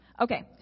Okay